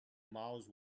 mouth